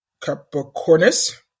Capricornus